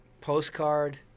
Postcard –